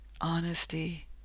honesty